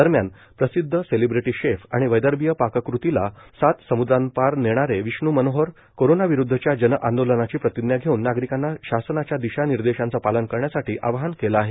दरम्यान प्रसिद्ध celebrity chef आणि वैदर्भीय पाककृतीला सात सम्द्रापार नेणारे विष्णू मनोहर कोरोना विरुद्वच्या जनआंदोलनाची प्रतिज्ञा घेऊन नागरिकांना शासनाच्या दिशानिर्देशांच पालन करण्यासाठी आवाहन केलं आहे